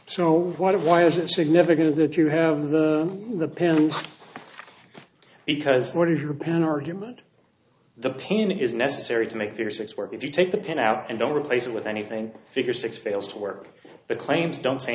of why is it significant that you have the the pin because what if you pan argument the pain is necessary to make your sex work if you take the pin out and don't replace it with anything figure six fails to work the claims don't say